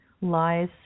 lies